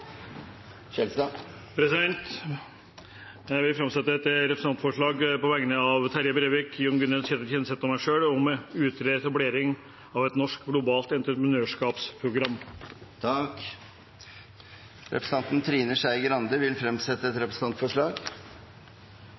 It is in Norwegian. Jeg vil framsette et representantforslag på vegne av Terje Breivik, Jon Gunnes, Ketil Kjenseth og meg selv om å utrede etableringen av et norsk globalt entreprenørskapsprogram. Representanten Trine Skei Grande vil fremsette et representantforslag.